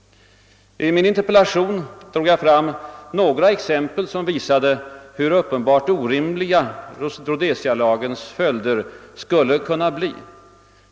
I min interpellation drog jag fram några exempel, som visade hur uppenbart orimliga Rhodesialagens följder skulle kunna bli.